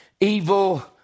evil